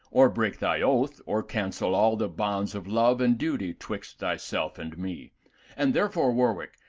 or break thy oath, or cancel all the bonds of love and duty twixt thy self and me and therefore, warwick,